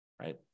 right